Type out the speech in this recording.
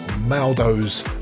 Maldo's